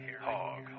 Hog